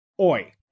Oi